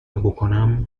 بکنم